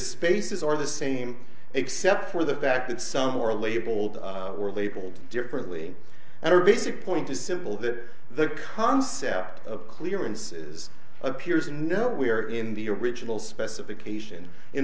spaces are the same except for the fact that some are labeled were labeled differently and her basic point is simple that the concept of clearances appears nowhere in the original specification in